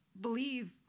believe –